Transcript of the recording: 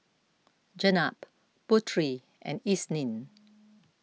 Jenab Putri and Isnin